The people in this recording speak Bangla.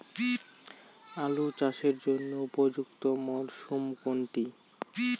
আলু চাষের জন্য উপযুক্ত মরশুম কোনটি?